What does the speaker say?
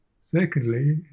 secondly